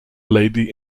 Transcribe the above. lady